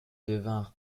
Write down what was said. devinrent